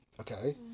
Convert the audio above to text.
Okay